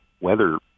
weather